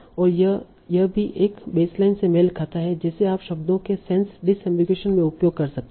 और यह भी एक बेसलाइन से मेल खाता है जिसे आप शब्दों के सेंस डिसअम्बिगुईशन में उपयोग कर सकते हैं